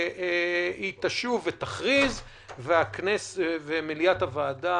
היא תשוב ותכריז ומליאת הוועדה,